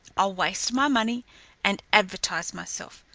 i'll waste my money and advertise myself.